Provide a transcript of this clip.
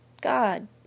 God